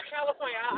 California